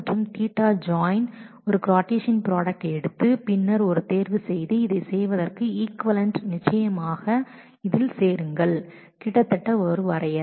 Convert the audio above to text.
மற்றும் Ɵ ஜாயின் என்பதும் ஒரு கார்ட்டீசியன் ப்ராடக்ட் எடுத்து பின்னர் ஒரு செலக்சன் செய்வது Ɵஜாயின் செய்வதற்குச் ஈக்விவலெண்ட் நிச்சயமாக இதில் சேருங்கள் கிட்டத்தட்ட வரையறை